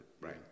right